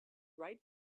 right